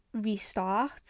restart